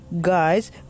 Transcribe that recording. guys